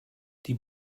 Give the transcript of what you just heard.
die